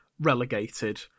relegated